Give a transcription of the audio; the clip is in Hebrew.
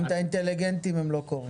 גם האינטליגנטים לא קוראים.